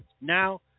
now